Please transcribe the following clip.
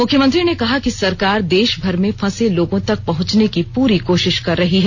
मुख्यमंत्री ने कहा कि सरकार देश भर में फंसे लोगों तक पहुंचने की पूरी कोशिश कर रही है